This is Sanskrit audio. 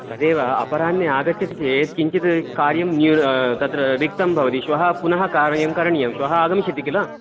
तदेव अपराह्णे आगच्छति चेत् किञ्चित् कार्यं न्यू तत्र रिक्तं भवति श्वः पुनः कार्यं करणीयं श्वः आगमिष्यति किल